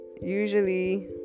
usually